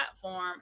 platform